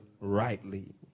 rightly